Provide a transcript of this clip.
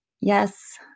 Yes